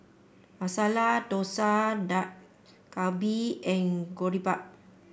Masala Dosa Dak Galbi and Boribap